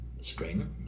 string